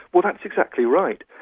well, that's exactly right.